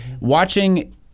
watching